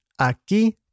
Aquí